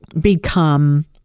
become